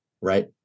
right